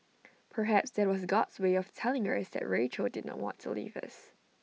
perhaps that was God's way of telling us that Rachel did not want to leave us